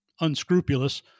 unscrupulous